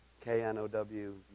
K-N-O-W